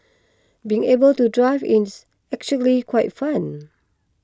being able to drive is actually quite fun